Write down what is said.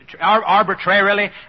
arbitrarily